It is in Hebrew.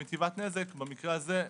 כמיטיבת נזק במקרה הזה,